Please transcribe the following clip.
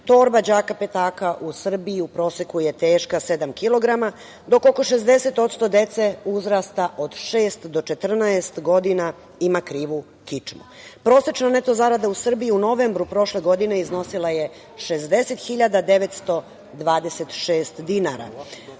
Torba đaka petaka u Srbiji i u proseku je teška sedam kilograma, dok oko 60% dece uzrasta od šest do 14 godina ima krivu kičmu. Prosečna neto zarada u Srbiji u novembru prošle godine iznosila je 60.926 dinara.